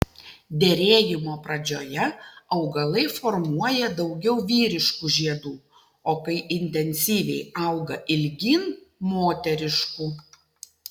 derėjimo pradžioje augalai formuoja daugiau vyriškų žiedų o kai intensyviai auga ilgyn moteriškų